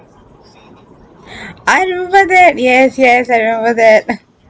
I remember that yes yes I remember that